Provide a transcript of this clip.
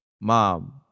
mom